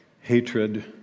hatred